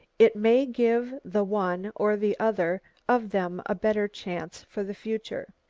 it may give the one or the other of them a better chance for the future.